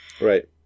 Right